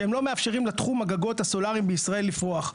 שהם לא מאפשרים לתחום הגגות הסולריים בישראל לפרוח.